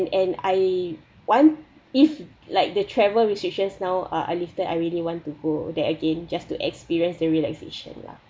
and I want if like the travel restrictions now are are lifted I really want to go there again just to experience the relaxation lah